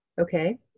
Okay